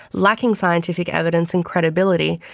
lacking scientific evidence and credibility,